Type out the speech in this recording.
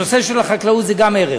הנושא של החקלאות הוא גם ערך.